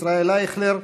ישראל אייכלר.